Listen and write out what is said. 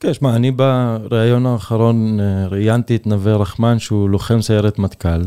כן, שמע, אני בריאיון האחרון ראיינתי את נווה רחמן שהוא לוחם סיירת מטכל.